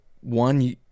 one